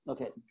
Okay